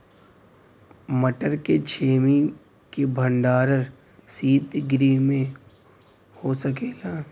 मटर के छेमी के भंडारन सितगृह में हो सकेला?